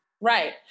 Right